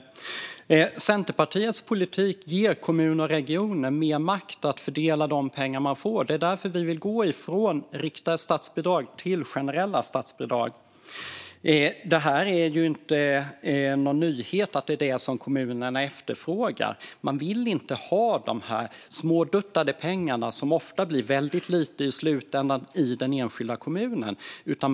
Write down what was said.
Herr talman! Centerpartiets politik ger kommuner och regioner mer makt att fördela de pengar de får. Det är därför vi vill gå från riktade statsbidrag till generella. Det är ingen nyhet att det är detta kommunerna efterfrågar. De vill inte ha något småduttande som ofta blir väldigt lite pengar i slutändan i den enskilda kommunen.